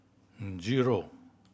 zero